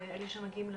או אלה שמגיעים למרפאה,